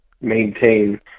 maintain